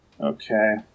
Okay